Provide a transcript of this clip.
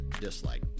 dislike